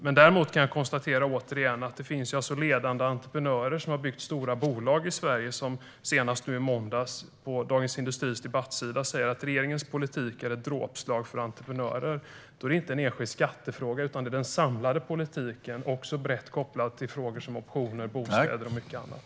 Men jag kan återigen konstatera att det finns ledande entreprenörer som har byggt stora bolag i Sverige och som senast i måndags på Dagens industris debattsida skrev att regeringens politik är ett dråpslag för entreprenörer. Då är det inte fråga om en enskild skattefråga utan den samlade politiken, också brett kopplad till frågor om optioner, bostäder och mycket annat.